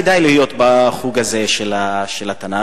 כדאי להיות בחוג הזה של התנ"ך.